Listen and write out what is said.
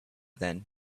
than